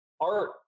art